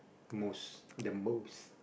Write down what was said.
most the most